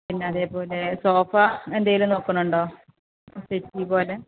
പിന്നെ അതേപോലെ സോഫ എന്തേലും നോക്കുന്നുണ്ടോ സെറ്റി പോലെ